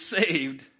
saved